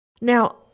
Now